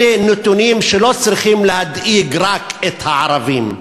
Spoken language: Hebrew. אלה נתונים שצריכים להדאיג לא רק את הערבים,